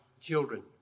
children